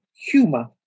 humor